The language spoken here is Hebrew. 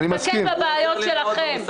תתמקד בבעיות שלכם.